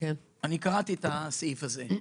קראתי את הסעיף הזה.